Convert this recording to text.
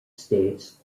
states